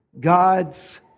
God's